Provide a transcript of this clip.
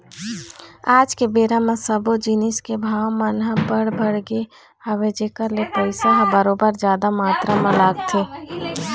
आज के बेरा म सब्बो जिनिस के भाव मन ह बड़ बढ़ गे हवय जेखर ले पइसा ह बरोबर जादा मातरा म लगथे